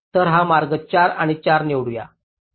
तर हा मार्ग 4 आणि 4 निवडू या